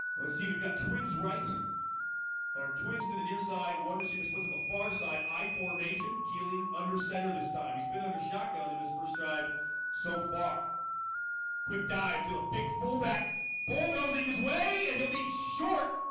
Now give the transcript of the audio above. let's see, we've got twins right or twins to the near side one receivers put to the far side. i formation keeling under center this time he's been under shotgun in this first drive so far quick dive to the big fullback bulldozing his way and he'll be short.